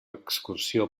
excursió